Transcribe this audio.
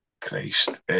Christ